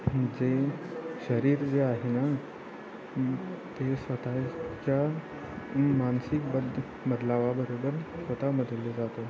जे शरीर जे आहे ना ते स्वतःच्या मानसिक बद्ध बदलावाबरोबर स्वतः बदलले जातो